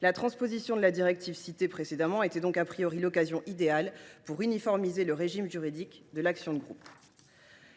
La transposition de la directive suscitée offrait ainsi l’occasion idéale pour uniformiser le régime juridique de l’action de groupe.